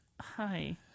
hi